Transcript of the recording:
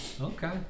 Okay